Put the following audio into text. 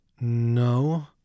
No